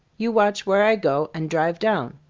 you watch where i go, and drive down.